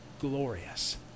glorious